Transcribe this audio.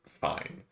fine